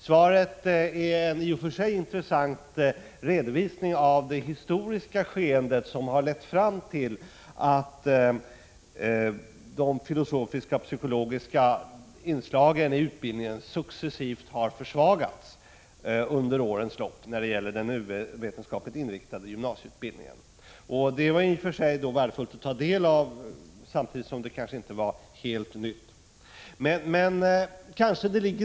Svaret utgör i och för sig en intressant redovisning av det historiska skeende som har lett fram till att de filosofiska och de psykologiska inslagens ställning inom den naturvetenskapligt inriktade gymnasieutbildningen under årens lopp successivt har försvagats. Detta var i och för sig värdefullt att få del av, samtidigt som det ju inte var något helt nytt.